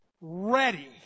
ready